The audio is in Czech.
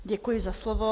Děkuji za slovo.